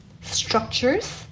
structures